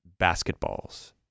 basketballs